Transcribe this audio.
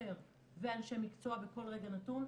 שוטר ואנשי מקצוע בכל רגע נתון.